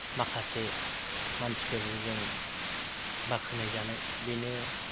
माखासे मानसिफोरजों जों बाख्नायजानाय बेनो